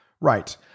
Right